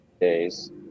days